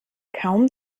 kaum